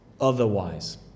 otherwise